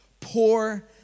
poor